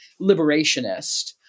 liberationist